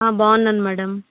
బాగున్నాను మేడమ్